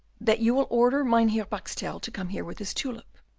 that you will order mynheer boxtel to come here with his tulip.